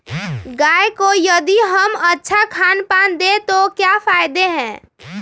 गाय को यदि हम अच्छा खानपान दें तो क्या फायदे हैं?